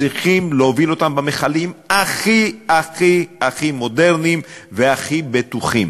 צריך להוביל אותם במכלים הכי הכי הכי מודרניים והכי בטוחים.